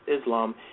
Islam